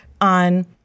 on